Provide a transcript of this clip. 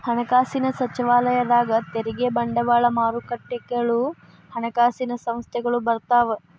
ಹಣಕಾಸಿನ ಸಚಿವಾಲಯದಾಗ ತೆರಿಗೆ ಬಂಡವಾಳ ಮಾರುಕಟ್ಟೆಗಳು ಹಣಕಾಸಿನ ಸಂಸ್ಥೆಗಳು ಬರ್ತಾವ